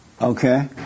Okay